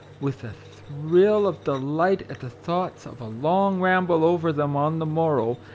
with a thrill of delight at the thoughts of a long ramble over them on the morrow,